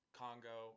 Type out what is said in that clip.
congo